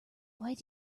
why